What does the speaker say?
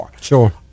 Sure